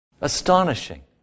Astonishing